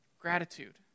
Gratitude